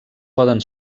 poden